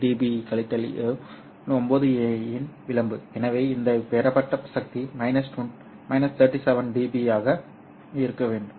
5 dB கழித்தல் 9 இன் விளிம்பு எனவே இந்த பெறப்பட்ட சக்தி 37 dB ஆக இருக்க வேண்டும்